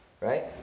right